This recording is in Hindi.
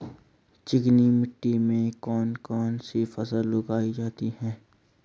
चिकनी मिट्टी में कौन कौन सी फसल उगाई जाती है?